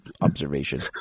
observation